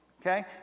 Okay